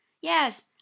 yes